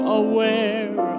aware